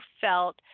felt